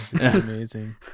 amazing